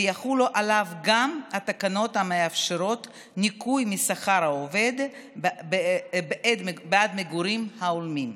ויחולו עליו גם התקנות המאפשרות ניכוי משכר העובד בעד מגורים הולמים.